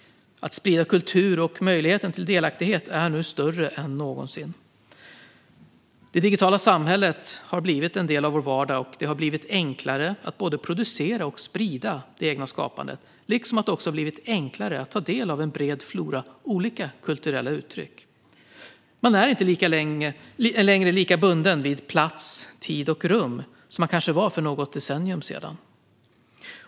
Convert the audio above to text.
Möjligheten till delaktighet och till att sprida kultur är nu större än någonsin. Det digitala samhället har blivit en del av vår vardag, och det har blivit enklare att både producera och sprida det egna skapandet liksom det också har blivit enklare att ta del av en bred flora av olika kulturella uttryck. Man är inte längre lika bunden vid plats, tid och rum som man kanske var för något decennium sedan.